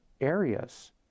areas